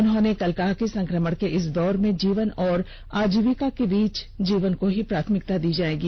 उन्होंने कल कहा कि संक्रमण के इस दौर में जीवन और आजीविका के बीच जीवन को प्राथमिकता दी जायेगी